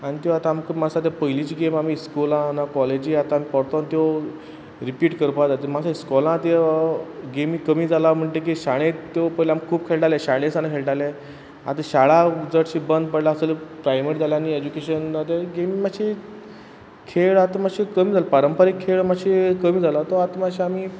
आन त्यो आतां आमक मास्स आतां पयलींची गेम आमी स्कुलान आ कॉलेजी आतां आम पोरतोन त्यो रिपीट करपा जात माश्शें स्कोला त्यो गेमी कमी जाला म्हणटकी शाळेत त्यो पयलीं आम खूप खेळटाले शाळे सान खेळटाले आतां शाळा चडशी बन पडला सोगलें प्रायमरी जाल्या आनी एज्युकेशन आ तें गेमी माच्शी खेळ आत माश्शे कमी जाल पारंपारीक खेळ माश्शी कमी जाला तो आत माश्शा आमी